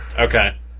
Okay